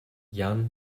jan